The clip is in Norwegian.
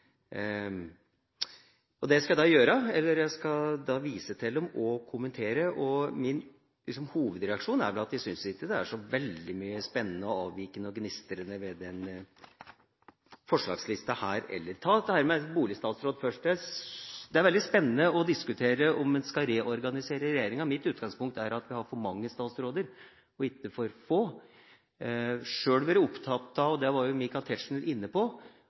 her. Jeg skal vise til dem og kommentere dem. Min hovedreaksjon er at jeg ikke syns det er så mye veldig spennende, avvikende og gnistrende ved denne forslagslista heller. For å ta det med boligstatsråd først: Det er veldig spennende å diskutere om en skal reorganisere regjeringa. Mitt utgangspunkt er at vi har for mange statsråder og ikke for få. Sjøl har jeg vært opptatt av, og det var også Michael Tetzschner inne på,